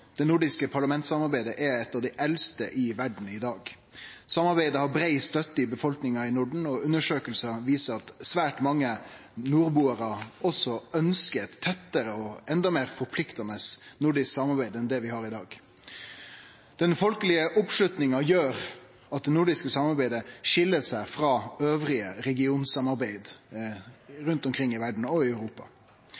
det nordiske parlamentsamarbeidet er eit av dei eldste i verda i dag. Samarbeidet har brei støtte i befolkninga i Norden, og undersøkingar viser at svært mange nordbuarar også ønskjer eit tettare og enda meir forpliktande nordisk samarbeid enn det vi har i dag. Den folkelege oppslutninga gjer at det nordiske samarbeidet skil seg frå andre regionsamarbeid